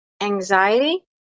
anxiety